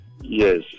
Yes